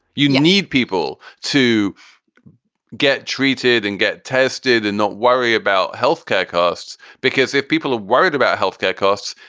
you need people to get treated and get tested and not worry about health care costs, because if people are worried about health care costs,